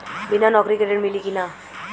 बिना नौकरी के ऋण मिली कि ना?